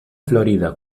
florida